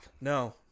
No